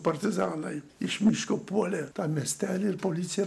partizanai iš miško puolė tą miestelį ir policija